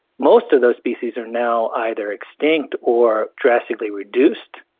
most of those species are now either extinct or drastically reduced,